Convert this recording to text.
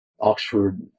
Oxford